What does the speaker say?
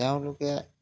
তেওঁলোকে